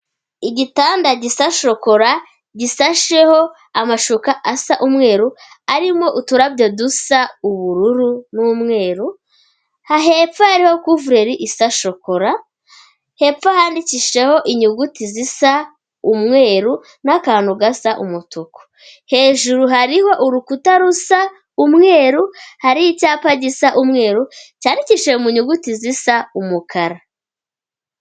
Igitanda gisa shokora, gisasheho amashuka asa umweru, arimo uturabyo dusa ubururu n'umweru, hepfo hariho kuvureru isa shokora, hepfo handikishijeho inyuguti zisa umweru n'akantu gasa umutuku, hejuru hariho urukuta rusa umweru, hariho icyapa gisa umweru cyandikishije mu nyuguti zisa umukara.